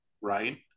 right